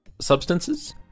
substances